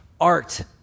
art